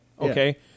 Okay